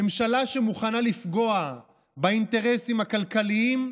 ממשלה שמוכנה לפגוע באינטרסים הכלכליים,